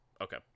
Okay